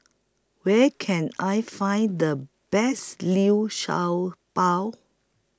Where Can I Find The Best Liu Sha Bao